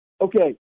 Okay